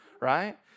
right